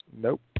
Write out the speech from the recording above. Nope